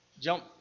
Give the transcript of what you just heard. jump